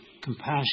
compassion